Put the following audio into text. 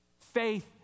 Faith